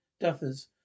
duffers